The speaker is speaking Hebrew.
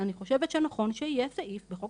אני חושבת שנכון שיהיה סעיף בחוק